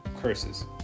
curses